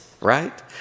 right